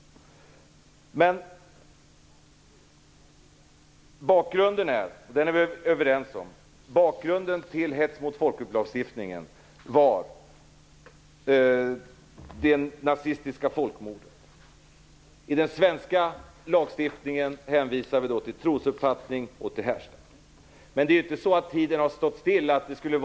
Bakgrunden till hets mot folkgrupp-lagstiftningen, som vi är överens om, var det nazistiska folkmordet. I den svenska lagstiftningen hänvisar vi till trosuppfattning och till härstamning. Men tiden har inte stått stilla.